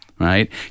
right